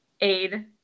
aid